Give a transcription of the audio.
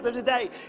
today